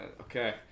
Okay